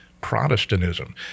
Protestantism